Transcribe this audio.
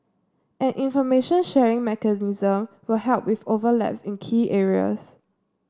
an information sharing mechanism will help with overlaps in key areas